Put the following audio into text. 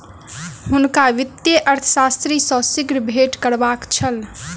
हुनका वित्तीय अर्थशास्त्री सॅ शीघ्र भेंट करबाक छल